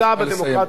נא לסיים.